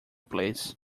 please